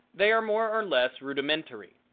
they are more or less rudimentary.